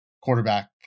quarterback